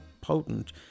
potent